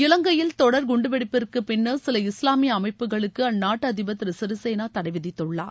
இலங்கையில் தொடர் குண்டுவெடிப்பிற்குப் பின்னர் சில இஸ்லாமிய அமைப்புகளுக்கு அந்நாட்டு அதிபர் திரு சிறிசேனா தடை விதித்துள்ளார்